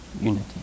unity